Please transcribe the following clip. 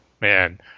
man